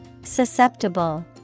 Susceptible